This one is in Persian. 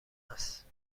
هست